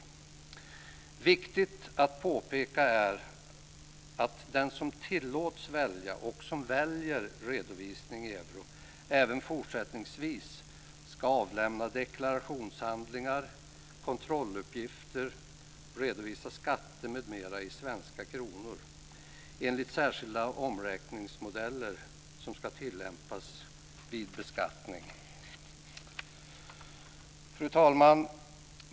Det är viktigt att påpeka att den som tillåts välja och som väljer redovisning i euro även fortsättningsvis ska avlämna deklarationshandlingar och kontrolluppgifter och redovisa skatter m.m. i svenska kronor enligt särskilda omräkningsmodeller som ska tillämpas vid beskattning. Fru talman!